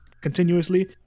continuously